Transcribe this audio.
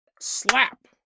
Slap